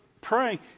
praying